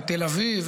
תל אביב,